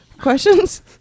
Questions